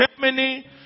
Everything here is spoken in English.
Germany